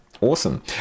Awesome